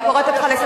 עוד לא שמעתי,